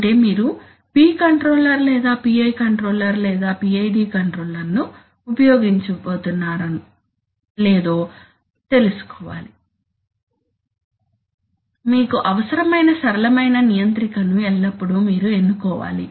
అంటే మీరు P controller లేదా PI కంట్రోలర్ లేదా PID కంట్రోలర్ను ఉపయోగించబోతున్నారో లేదో తెలుసుకోవాలి మీకు అవసరమైన సరళమైన నియంత్రికను ఎల్లప్పుడూ మీరు ఎన్నుకోవాలి